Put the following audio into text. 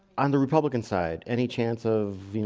i'm the republican side any chance of you know,